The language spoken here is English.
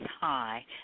hi